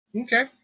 Okay